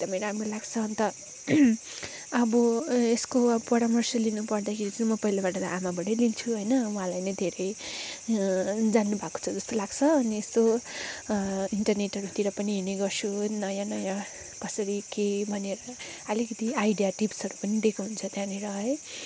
एकदमै राम्रो लाग्छ अन्त अब यसको अब परामर्श लिनु पर्दाखेरि चाहिँ म पहिलाबाट त आमाबाटै लिन्छु होइन उहाँलाई नै धेरै जान्नुभएको छ जस्तो लाग्छ अनि सो इन्टर्नेटहरूतिर पनि हेर्ने गर्छु नयाँ नयाँ कसरी के भनेर अलिकति आइडिया टिप्सहरू पनि दिएको हुन्छ त्यहँनिर है